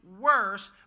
worse